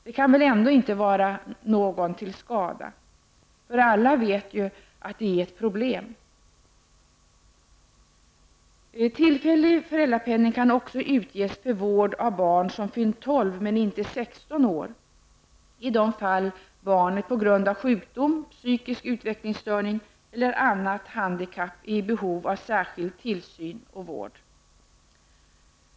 Det kan väl ändå inte vara till någon skada. För alla vet ju att det är ett problem. Tillfällig föräldrapenning kan också utges för vård av barn som fyllt 12 men inte 16 år i de fall barnet på grund av sjukdom, psykisk utvecklingsstörning eller annat handikapp är i behov av särskild tillsyn eller vård.